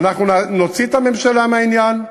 אנחנו נוציא את הממשלה מהעניין,